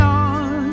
on